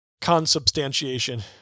consubstantiation